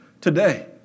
today